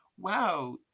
wow